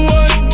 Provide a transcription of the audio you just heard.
one